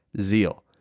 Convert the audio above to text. zeal